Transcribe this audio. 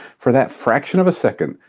for that fraction of a second,